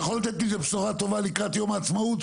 אתה יכול לתת איזה בשורה טובה לקראת יום העצמאות,